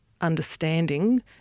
understanding